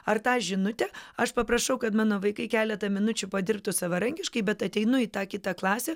ar tą žinutę aš paprašau kad mano vaikai keletą minučių padirbtų savarankiškai bet ateinu į tą kitą klasę